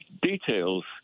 details